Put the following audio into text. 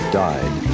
died